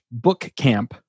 bookcamp